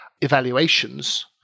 evaluations